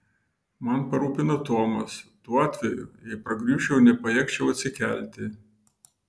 man parūpino tomas tuo atveju jei pargriūčiau ir nepajėgčiau atsikelti